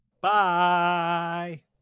Bye